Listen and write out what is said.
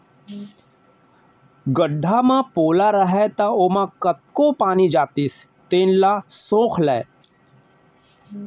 गड्ढ़ा ह पोला रहय त ओमा कतको पानी जातिस तेन ल सोख लय